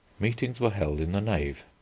meetings were held in the nave.